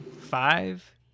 five